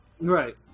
Right